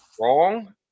wrong